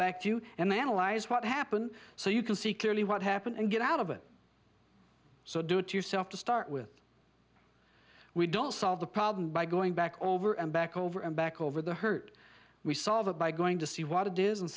back to you and they analyze what happened so you can see clearly what happened and get out of it so do it yourself to start with we don't solve the problem by going back over and back over and back over the hurt we solve it by going to see what it is and